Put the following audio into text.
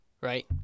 right